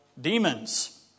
demons